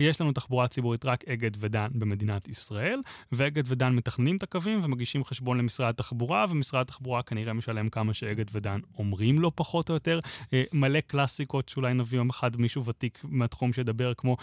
יש לנו תחבורה ציבורית רק אגד ודן במדינת ישראל. ואגד ודן מתכננים את הקווים ומגישים חשבון למשרד התחבורה, ומשרד התחבורה כנראה משלם כמה שאגד ודן אומרים לו, פחות או יותר. מלא קלאסיקות שאולי נביא יום אחד מישהו ותיק מהתחום שידבר, כמו